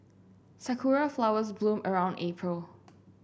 sakura flowers bloom around April